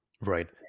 Right